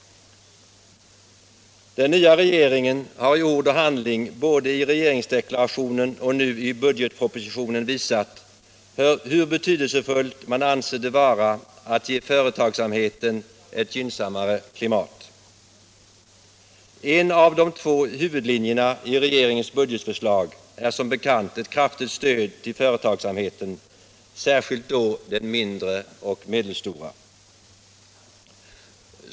Den nya regeringen har i ord och handling både i regeringsdeklarationen och nu i budgetpropositionen visat hur betydelsefullt man anser det vara att ge företagsamheten ett gynnsammare klimat. En av de två huvudlinjerna i regeringens budgetförslag är som bekant ett kraftigt stöd till företagsamheten, särskilt då den mindre och medelstora.